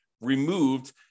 removed